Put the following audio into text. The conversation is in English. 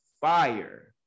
fire